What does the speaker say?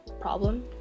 problem